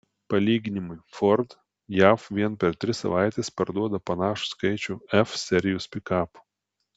palyginimui ford jav vien per tris savaites parduoda panašų skaičių f serijos pikapų